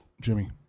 Jimmy